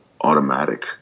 automatic